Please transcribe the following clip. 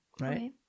right